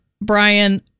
Brian